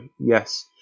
Yes